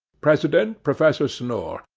president professor snore.